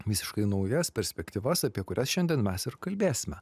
visiškai naujas perspektyvas apie kurias šiandien mes ir kalbėsime